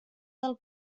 del